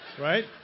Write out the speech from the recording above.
Right